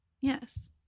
Yes